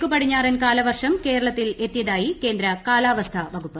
തെക്കു പടിഞ്ഞാറൻ കാലവർഷം കേരളത്തിൽ എത്തിയതായി കേന്ദ്ര കാലാവസ്ഥാ വകുപ്പ്